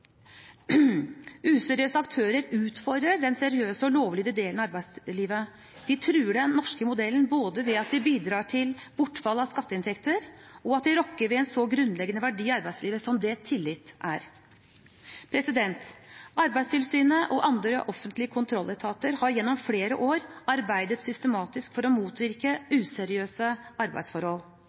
Useriøse aktører utfordrer den seriøse og lovligere delen av arbeidslivet. De truer den norske modellen både ved at de bidrar til bortfall av skatteinntekter, og ved at de rokker ved en så grunnleggende verdi i arbeidslivet som det tillit er. Arbeidstilsynet og andre offentlige kontrolletater har gjennom flere år arbeidet systematisk for å motvirke useriøse arbeidsforhold.